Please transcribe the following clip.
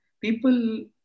people